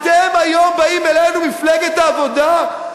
אתם היום באים אלינו, מפלגת העבודה?